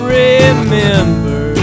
remember